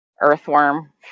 earthworm